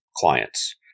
clients